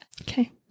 okay